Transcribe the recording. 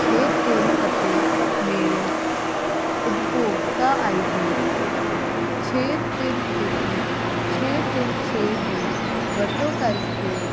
ਛੇ ਤਿੰਨ ਅਤੇ ਮੇਰੇ ਉਪਭੋਗਤਾ ਆਈਡੀ ਛੇ ਤਿੰਨ ਇੱਕ ਛੇ ਤਿੰਨ ਛੇ ਦੀ ਵਰਤੋਂ ਕਰਕੇ